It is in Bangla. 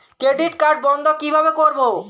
ক্রেডিট কার্ড বন্ধ কিভাবে করবো?